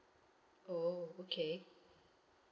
oh okay